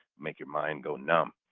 make your mind go numb.